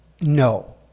No